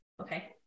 okay